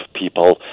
people